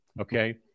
okay